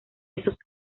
esos